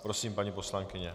Prosím, paní poslankyně.